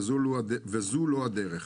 וזו לא הדרך.